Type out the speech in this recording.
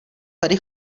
tady